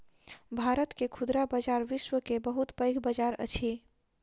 भारत के खुदरा बजार विश्व के बहुत पैघ बजार अछि